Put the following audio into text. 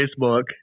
Facebook